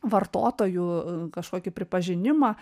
vartotojų kažkokį pripažinimą